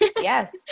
yes